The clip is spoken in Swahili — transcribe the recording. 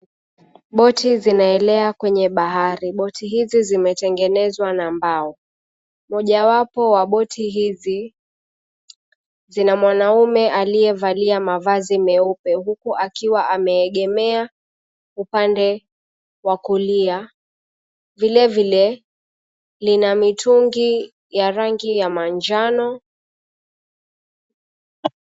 Boti zinaelea kuwa kwenye bahari. Boti hizi zimetengenezwa na mbao. Mojawapo wa boti hizi, zina mwanaume aliyevalia mavazi meupe, huku akiwa ameegemea upande wa kulia. Vilevile, lina mitungi ya rangi ya manjano.